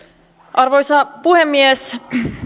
arvoisa puhemies